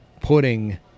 putting